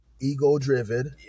ego-driven